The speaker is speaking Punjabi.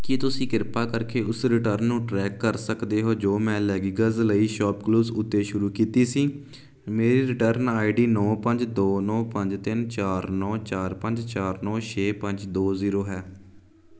ਕੀ ਤੁਸੀਂ ਕਿਰਪਾ ਕਰਕੇ ਉਸ ਰਿਟਰਨ ਨੂੰ ਟਰੈਕ ਕਰ ਸਕਦੇ ਹੋ ਜੋ ਮੈਂ ਲੈਗਿੰਗਜ਼ ਲਈ ਸ਼ਾਪ ਕਲੂਜ਼ ਉੱਤੇ ਸ਼ੁਰੂ ਕੀਤੀ ਸੀ ਮੇਰੀ ਰਿਟਰਨ ਆਈਡੀ ਨੌਂ ਪੰਜ ਦੋ ਨੌਂ ਪੰਜ ਤਿੰਨ ਚਾਰ ਨੌਂ ਚਾਰ ਪੰਜ ਚਾਰ ਨੌਂ ਛੇ ਪੰਜ ਦੋ ਜ਼ੀਰੋ ਹੈ